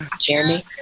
Jeremy